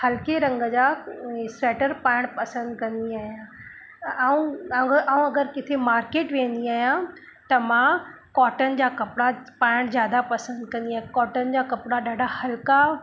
हल्के रंग जा स्वेटर पाइणु पसंदि कंदी आहियां ऐं ऐं अगरि किथे मार्केट वेंदी आहियां त मां कॉटन जा कपिड़ा पाइणु ज़्यादा पसंदि कंदी आहे कॉटन जा कपिड़ा ॾाढा हल्का